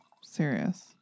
serious